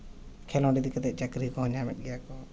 ᱠᱷᱮᱞᱳᱰ ᱤᱫᱤ ᱠᱟᱛᱮᱫ ᱪᱟᱹᱠᱨᱤ ᱠᱚᱦᱚᱸ ᱧᱟᱢᱮᱫ ᱜᱮᱭᱟ ᱠᱚ